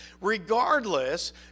Regardless